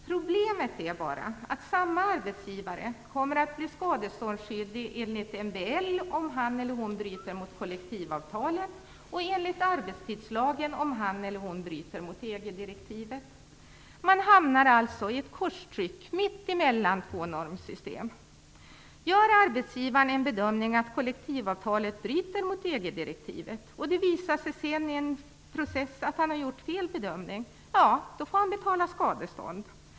Problemet är bara att samma arbetsgivare kommer att bli skadeståndsskyldig enligt MBL om han eller hon bryter mot kollektivavtalet och enligt arbetstidslagen om han eller hon bryter mot EG-direktivet. Man hamnar alltså i ett korstryck mitt emellan två normsystem. Gör arbetsgivaren en bedömning att kollektivavtalet bryter mot EG-direktivet och det i en process visar sig att han gjort fel bedömning, ja, då får han betala skadestånd.